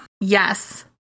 Yes